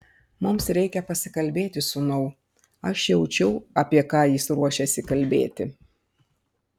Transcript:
mums reikia pasikalbėti sūnau aš jaučiau apie ką jis ruošiasi kalbėti